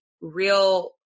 real